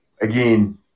Again